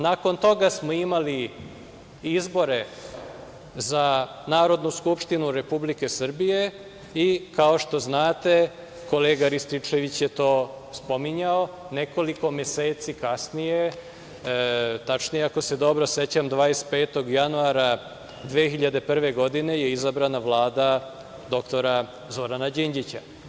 Nakon toga smo imali izbore za Narodnu skupštinu Republike Srbije i, kao što znate, kolega Rističević je to spominjao, nekoliko meseci kasnije, tačnije, ako se dobro sećam, 25. januara 2001. godine je izabrana Vlada dr Zorana Đinđića.